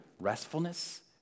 restfulness